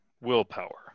willpower